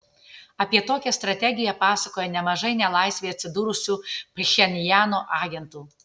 apie tokią strategiją pasakojo nemažai nelaisvėje atsidūrusių pchenjano agentų